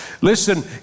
Listen